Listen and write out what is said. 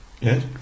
Yes